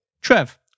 Trev